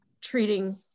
treating